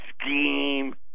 scheme